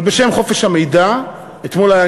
אבל בשם חופש המידע, אתמול היה,